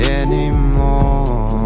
anymore